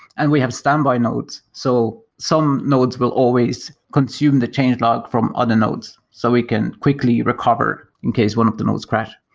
and we have standby nodes. so some nodes will always consume the change log from other nodes so we can quickly recover in case one of the nodes crash.